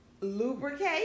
lubricate